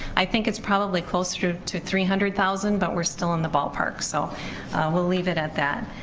i think it's probably closer to three hundred thousand, but we're still in the ballpark, so we'll leave it at that.